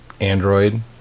Android